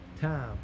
time